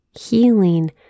healing